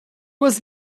was